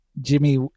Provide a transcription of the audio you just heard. Jimmy